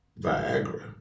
Viagra